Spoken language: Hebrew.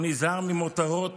הוא נזהר ממותרות